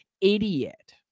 idiot